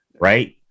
Right